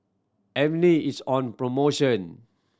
Avene is on promotion